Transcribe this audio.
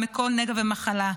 ומכל נגע ומחלה,